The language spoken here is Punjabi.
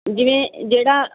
ਜਿਵੇਂ ਜਿਹੜਾ